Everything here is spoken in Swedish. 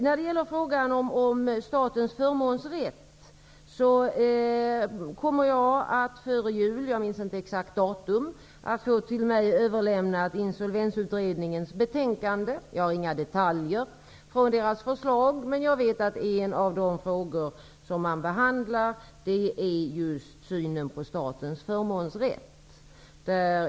När det gäller frågan om statens förmånsrätt kommer jag innan jul -- jag minns inte exakt datum -- att få till mig överlämnat Insolvensutredningens betänkande. Jag har ännu inga detaljer från deras förslag. Men jag vet att en av de frågor som man behandlar är just synen på statens förmånsrätt.